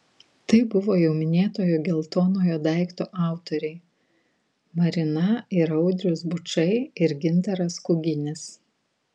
tai buvo jau minėtojo geltonojo daikto autoriai marina ir audrius bučai ir gintaras kuginis